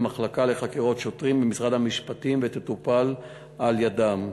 למחלקה לחקירות שוטרים במשרד המשפטים ותטופל על-ידם.